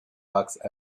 box